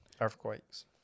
Earthquakes